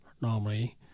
normally